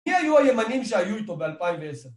מי היו הימנים שהיו איתו ב-2010